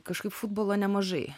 kažkaip futbolo nemažai